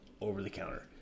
over-the-counter